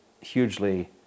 hugely